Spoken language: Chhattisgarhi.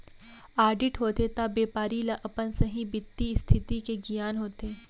आडिट होथे त बेपारी ल अपन सहीं बित्तीय इस्थिति के गियान होथे